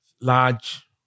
large